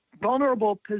vulnerable